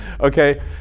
okay